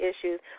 issues